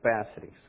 capacities